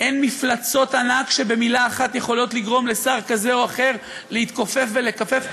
אין מפלצות ענק שבמילה אחת יכולות לגרום לשר כזה או אחר להתכופף ולכופף,